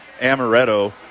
amaretto